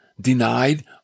denied